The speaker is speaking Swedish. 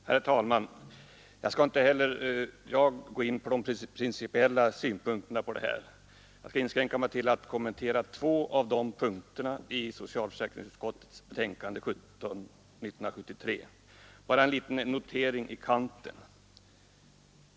Herr talman! Inte heller jag skall gå in på de principiella frågorna. Jag skall inskränka mig till att kommentera två av punkterna i socialförsäk ringsutskottets betänkande 1973:17. Först bara en liten notering i kanten!